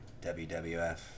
WWF